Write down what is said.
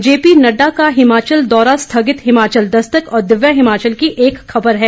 JP Nadda का हिमाचल दौरा स्थगित हिमाचल दस्तक और दिव्य हिमाचल की एक खबर है